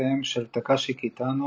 בסרטיהם של טקשי קיטאנו,